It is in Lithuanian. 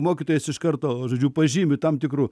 mokytojas iš karto žodžiu pažymi tam tikru